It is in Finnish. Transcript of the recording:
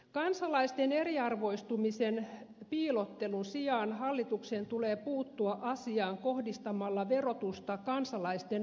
kansalaisten eriarvoistumisen piilottelun sijaan hallituksen tulee puuttua asiaan kohdistamalla verotusta kansalaisten maksukyvyn mukaan